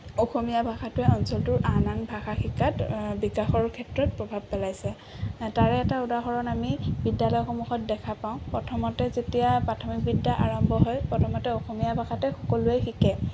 অসমীয়া ভাষাটোৱে অঞ্চলটোৰ আন আন ভাষা শিকাত বিকাশৰ ক্ষেত্ৰত প্ৰভাৱ পেলাইছে তাৰে এটা উদাহৰণ আমি বিদ্যালয়সমূহত দেখা পাওঁ প্ৰথমতে যেতিয়া প্ৰাথমিক বিদ্যা আৰম্ভ হয় প্ৰথমতে অসমীয়া ভাষাতে সকলোৱে শিকে